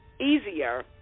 easier